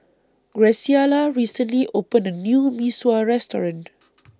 Graciela recently opened A New Mee Sua Restaurant